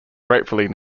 gratefully